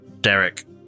Derek